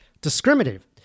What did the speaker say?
discriminative